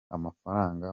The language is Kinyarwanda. amafaranga